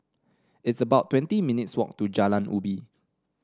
it's about twenty minutes' walk to Jalan Ubi